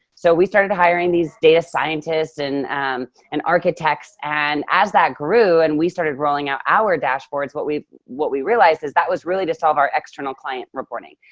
so we started hiring these data scientists and and architects. and as that grew and we started rolling out our dashboards. what we what we realized is that was really to solve our external client reporting.